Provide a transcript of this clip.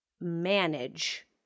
manage